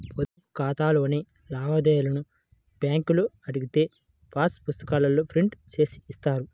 పొదుపు ఖాతాలోని లావాదేవీలను బ్యేంకులో అడిగితే పాసు పుస్తకాల్లో ప్రింట్ జేసి ఇస్తారు